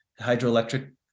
hydroelectric